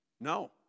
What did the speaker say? No